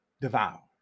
devour